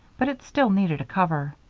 but it still needed a cover.